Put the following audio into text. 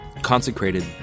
consecrated